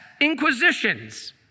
inquisitions